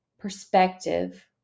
perspective